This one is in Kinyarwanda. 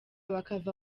bakava